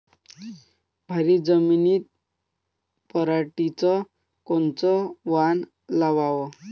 भारी जमिनीत पराटीचं कोनचं वान लावाव?